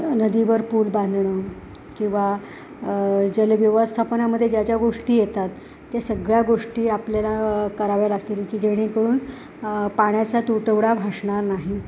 नदीवर पूल बांधणं किंवा जलव्यवस्थापनामध्ये ज्या ज्या गोष्टी येतात त्या सगळ्या गोष्टी आपल्याला कराव्या लागतील की जेणेकरून पाण्याचा तुटवडा भाषणार नाही